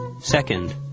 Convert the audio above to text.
Second